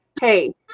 hey